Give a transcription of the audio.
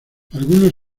algunos